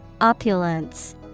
Opulence